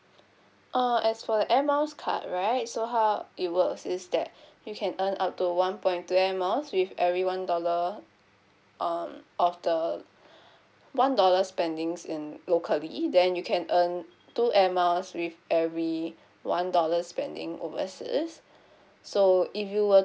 uh as for the air miles card right so how it works is that you can earn up to one point two air miles with every one dollar um of the one dollar spending's in locally then you can earn two air miles with every one dollar spending overseas so if you were